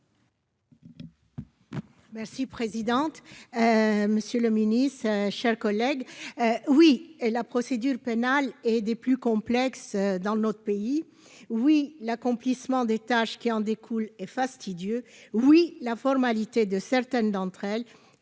Si présidente, monsieur le Ministre, hein, chers collègues, oui, et la procédure pénale est des plus complexes dans notre pays, oui l'accomplissement des tâches qui en découle et fastidieux oui la formalité de certaines d'entre elles